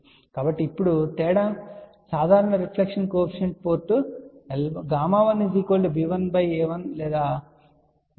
కాబట్టి ఇప్పుడు తేడా సాధారణ reflection coefficient port Γ1b1 a1 or Γ2 అని చెప్పనివ్వండి